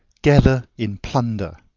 gather in plunder.